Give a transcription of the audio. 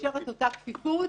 נשארת אותה כפיפות,